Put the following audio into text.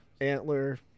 antler